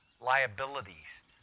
liabilities